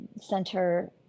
center